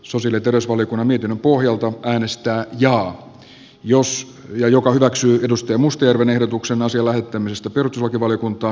susi legros oli kun niiden pohjalta äänestää jo jos joka hyväksyi edustaja mustajärvenehdotuksen osia lähettämistä pyrki valiokunta